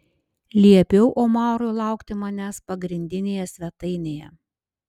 liepiau omarui laukti manęs pagrindinėje svetainėje